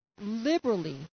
liberally